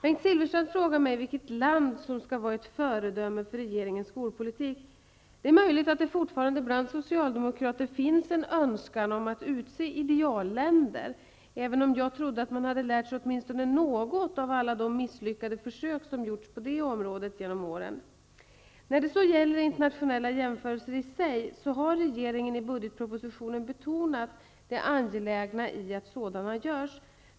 Bengt Silfverstrand frågar mig vilket land som skall vara ett föredöme för regeringens skolpolitik. Det är möjligt att det bland socialdemokrater fortfarande finns en önskan om att utse idealländer, även om jag trodde att man hade lärt sig åtminstone något av alla de misslyckade försök som gjorts på det området genom åren. När det så gäller internationella jämförelser i sig, har regeringen i budgetpropositionen betonat det angelägna i att sådana görs.